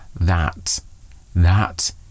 that—that